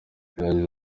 yagize